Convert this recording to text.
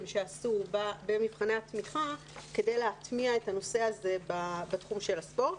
שעשו במחני התמיכה כדי להטמיע את הנושא הזה בתחום של הספורט.